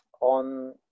on